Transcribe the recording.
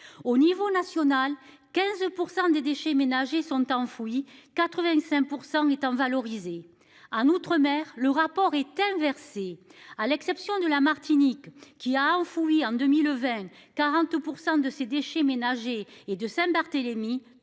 au niveau national, 15% des déchets ménagers sont enfouis 85% étant valorisé en outre-mer le rapport est inversé. À l'exception de la Martinique qui a enfoui en 2020 40 % de ses déchets ménagers et de Saint-Barthélemy,